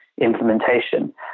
implementation